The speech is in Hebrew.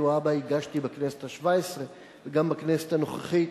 והבה הגשתי בכנסת השבע-עשרה וגם בכנסת הנוכחית.